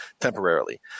temporarily